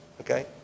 Okay